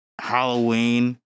Halloween